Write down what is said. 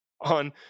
on